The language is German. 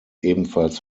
ebenfalls